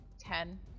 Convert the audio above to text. Ten